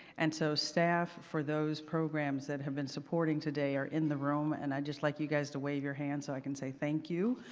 and so, staff, for those programs that have been supporting today are in the room and i just like you guys to wave your hands so i can say thank you,